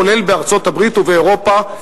כולל ארצות-הברית ובאירופה,